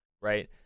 right